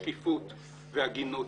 שקיפות והגינות.